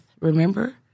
Remember